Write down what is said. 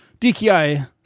DKI